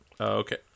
okay